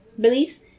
beliefs